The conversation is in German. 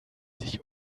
sich